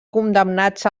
condemnats